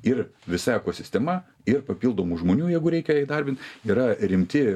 ir visa ekosistema ir papildomų žmonių jeigu reikia įdarbint yra rimti